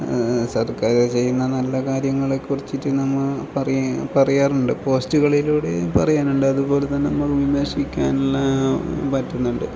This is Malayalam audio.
സർക്കാർ ചെയ്യുന്ന നല്ല കാര്യങ്ങളെക്കുറിച്ചിട്ട് നമ്മൾ പറയാ പറയാറുണ്ട് പോസ്റ്റുകളിലൂടെയും പറയാനുണ്ട് അതുപോലെതന്നെ നമ്മൾ വിമർശിക്കാനുള്ള പറ്റുന്നുണ്ട്